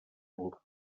urbs